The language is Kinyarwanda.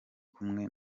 kumwe